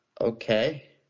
Okay